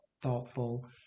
thoughtful